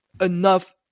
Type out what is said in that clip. enough